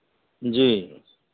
जी